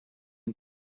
een